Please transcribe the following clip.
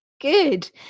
Good